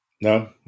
No